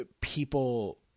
people